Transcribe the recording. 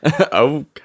Okay